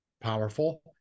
powerful